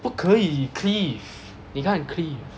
不可以 cliff 你看 cliff